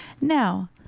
Now